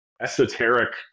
esoteric